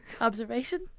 observation